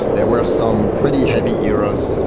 there were some pretty heavy eras,